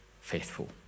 faithful